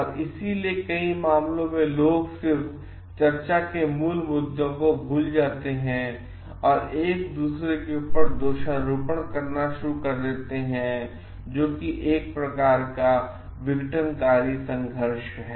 और इसीलिए कई मामलों में लोग सिर्फ चर्चा के मूल मुद्दे को भूल जाते हैं और एक दूसरे पर दोषारोपण करना शुरू कर देते हैं जो कि एक प्रकार का विघटनकारी संघर्ष है